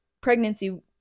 pregnancy